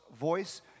voice